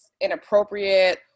inappropriate